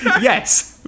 yes